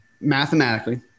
mathematically